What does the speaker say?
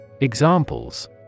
Examples